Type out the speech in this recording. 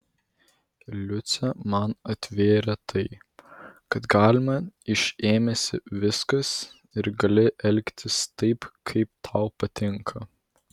liucė man atvėrė tai kad galima iš ėmėsi viskas ir gali elgtis taip kaip tau patinka